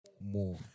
More